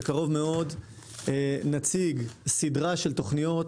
בקרוב מאוד נציג סדרה של תכניות